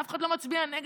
אף אחד לא מצביע נגד,